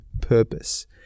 purpose